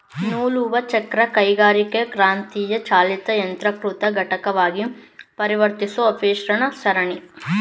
ನೂಲುವಚಕ್ರ ಕೈಗಾರಿಕಾಕ್ರಾಂತಿಯ ಚಾಲಿತ ಯಾಂತ್ರೀಕೃತ ಘಟಕವಾಗಿ ಪರಿವರ್ತಿಸೋ ಆವಿಷ್ಕಾರದ ಸರಣಿ ಆಗೈತೆ